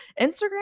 Instagram